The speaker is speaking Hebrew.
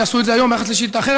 יעשו את זה היום ביחס לשאילתה אחרת,